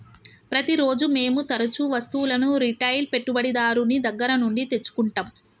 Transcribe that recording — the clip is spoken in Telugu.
ప్రతిరోజూ మేము తరుచూ వస్తువులను రిటైల్ పెట్టుబడిదారుని దగ్గర నుండి తెచ్చుకుంటం